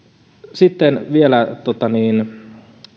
sitten vielä